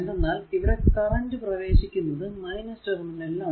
എന്തെന്നാൽ ഇവിടെ കറന്റ് പ്രവേശിക്കുന്നത് ടെർമിനലിൽ ആണ്